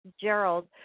Gerald